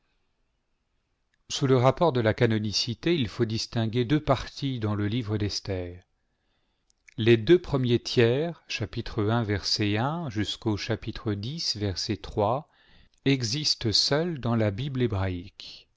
sous le rapport de la canonicité il faut distinguer deux parties dans le livre d'esther les deux premiers existent seuls dans la bible hébraïque